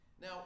Now